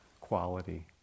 quality